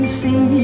see